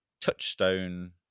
touchstone